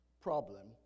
problem